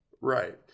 right